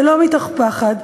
ולא מתוך פחד,